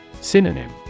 Synonym